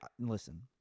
Listen